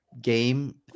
game